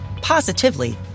positively